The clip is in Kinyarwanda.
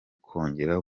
kongera